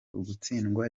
ugutsindwa